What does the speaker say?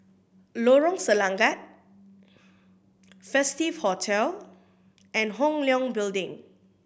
Lorong Selangat Festive Hotel and Hong Leong Building